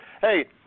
Hey